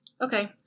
Okay